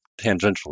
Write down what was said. tangentially